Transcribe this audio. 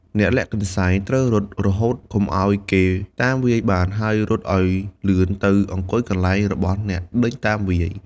អ្នកលាក់កន្សែង ត្រូវរត់រហូតកុំឲ្យគេតាមវាយបាន ហើយរត់ឲ្យលឿនទៅអង្គុយកន្លែងរបស់អ្នកដេញតាមវាយ។